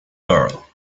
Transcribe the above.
girl